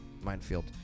minefield